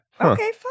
Okay